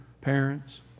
parents